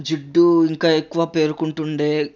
జిడ్డు ఇంకా ఎక్కువ పేరుకుంటుండే